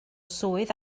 swydd